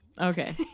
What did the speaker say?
okay